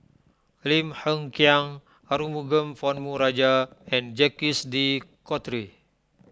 Lim Hng Kiang Arumugam Ponnu Rajah and Jacques De Coutre